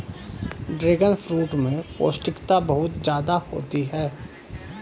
dragon fruit में पौष्टिकता बहुत ज्यादा होती है